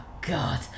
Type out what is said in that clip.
God